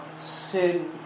sin